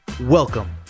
Welcome